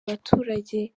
abaturage